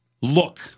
look